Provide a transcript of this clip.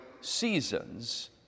seasons